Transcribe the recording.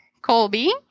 Colby